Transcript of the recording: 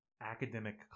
academic